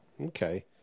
okay